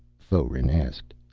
foeren asked.